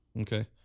Okay